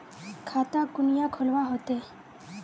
खाता कुनियाँ खोलवा होते?